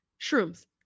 shrooms